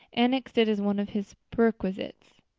annexed it as one of his perquisites.